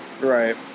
Right